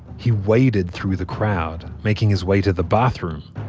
he waded through the crowd, making his way to the bathroom,